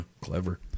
clever